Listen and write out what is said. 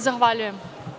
Zahvaljujem.